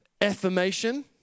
affirmation